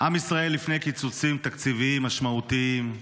עם ישראל לפני קיצוצים תקציביים משמעותיים.